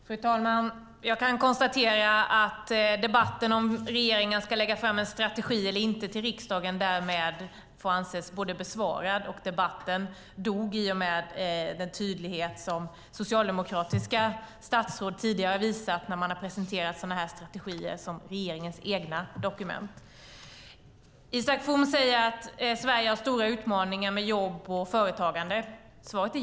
Fru talman! Jag kan konstatera att frågan om huruvida regeringen ska lägga fram en strategi eller inte till riksdagen därmed får anses besvarad. Och debatten dog i och med den tydlighet som socialdemokratiska statsråd tidigare har visat när man har presenterat sådana här strategier som regeringens egna dokument. Isak From säger att Sverige har stora utmaningar med jobb och företagande.